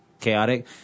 chaotic